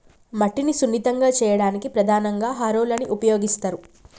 మట్టిని సున్నితంగా చేయడానికి ప్రధానంగా హారోలని ఉపయోగిస్తరు